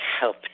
help